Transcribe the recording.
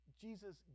Jesus